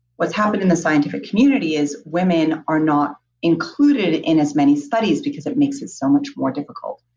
what's happened in the scientific community is women are not included in as many studies because it makes it so much more difficult.